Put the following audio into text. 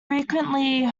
frequently